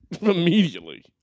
immediately